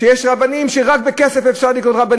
שיש רבנים שרק בכסף אפשר לקנות אותם,